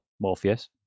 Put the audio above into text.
morpheus